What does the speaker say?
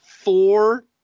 Four